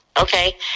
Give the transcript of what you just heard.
okay